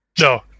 No